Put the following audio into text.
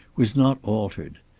was not altered.